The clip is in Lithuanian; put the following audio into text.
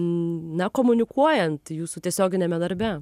na komunikuojant jūsų tiesioginiame darbe